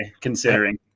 considering